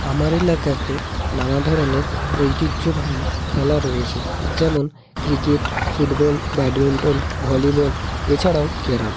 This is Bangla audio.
আমার এলাকাতে নানা ধরনের ঐতিহ্যবাহী খেলা রয়েছে যেমন ক্রিকেট ফুটবল ব্যাডমিন্টন ভলিবল এছাড়াও ক্যারম